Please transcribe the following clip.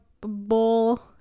bowl